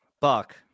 Buck